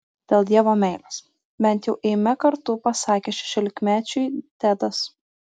dėl dievo meilės bent jau eime kartu pasakė šešiolikmečiui tedas